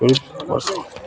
ବସ